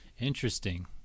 interesting